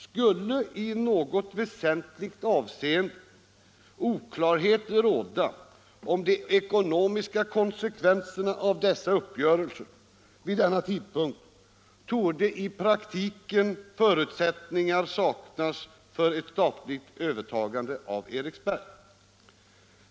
Skulle i något väsentligt avseende oklarhet råda om de ekonomiska konsekvenserna av dessa uppgörelser vid denna tidpunkt, torde i praktiken förutsättningar saknas för ett statligt övertagande av EMV.